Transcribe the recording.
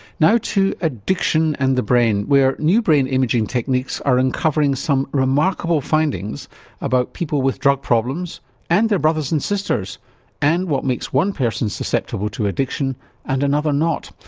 now to addiction and the brain, where new brain imaging techniques are uncovering some remarkable findings about people with drug problems and their brothers and sisters and what makes one person susceptible to addiction and another not.